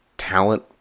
talent